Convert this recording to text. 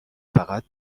فقط